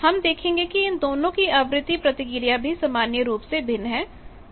हम देखेंगे कि इन दोनों की आवृत्ति प्रतिक्रिया भी सामान्य रूप से भिन्न है